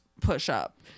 push-up